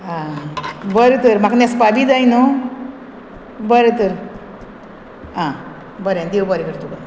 आ बरें तर म्हाका न्हेसपा बी जाय न्हू बरें तर आं बरें देव बरें कर तुका